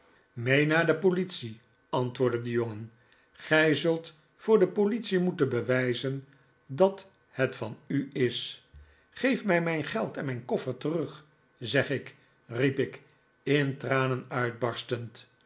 naar de politie antwoordde de jongen gij zult voor de politie moeten bewijzen dat het van u is geef mij mijn geld en mijn koffer terug zeg ik riep ik in tranen uitbarstend